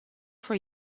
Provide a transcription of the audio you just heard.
for